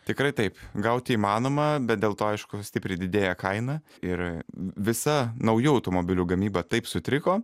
tikrai taip gauti įmanoma bet dėl to aišku stipriai didėja kaina ir visa naujų automobilių gamyba taip sutriko